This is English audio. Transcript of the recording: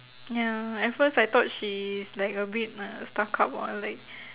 ya at first I thought she's like a bit uh stuck up or like